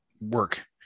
work